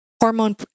hormone